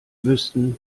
wüssten